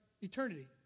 eternity